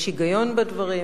יש היגיון בדברים,